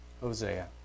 Hosea